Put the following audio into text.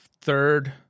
third